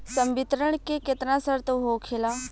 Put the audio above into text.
संवितरण के केतना शर्त होखेला?